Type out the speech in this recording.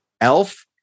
ELF